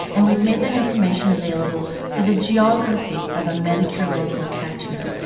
and we've made that information available for the geography of a medicare local catchment.